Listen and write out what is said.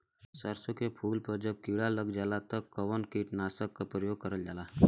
सरसो के फूल पर जब किड़ा लग जाला त कवन कीटनाशक क प्रयोग करल जाला?